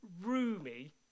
roomy